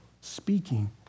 speaking